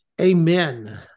Amen